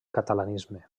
catalanisme